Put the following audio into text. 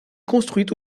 construites